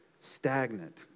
stagnant